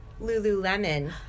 Lululemon